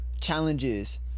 challenges